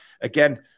again